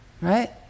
Right